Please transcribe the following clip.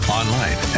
online